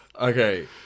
Okay